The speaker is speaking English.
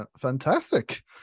Fantastic